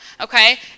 okay